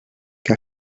que